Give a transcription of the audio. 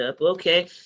Okay